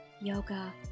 yoga